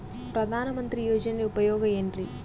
ಪ್ರಧಾನಮಂತ್ರಿ ಯೋಜನೆ ಉಪಯೋಗ ಏನ್ರೀ?